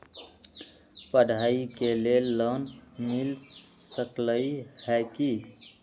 पढाई के लेल लोन मिल सकलई ह की?